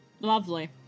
Lovely